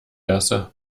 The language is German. gasse